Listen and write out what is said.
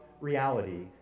reality